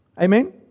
Amen